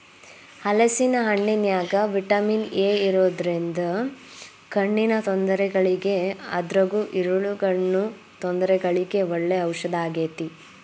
ಹಲೇಸಿನ ಹಣ್ಣಿನ್ಯಾಗ vitamin A ಇರೋದ್ರಿಂದ ಕಣ್ಣಿನ ತೊಂದರೆಗಳಿಗೆ ಅದ್ರಗೂ ಇರುಳುಗಣ್ಣು ತೊಂದರೆಗಳಿಗೆ ಒಳ್ಳೆ ಔಷದಾಗೇತಿ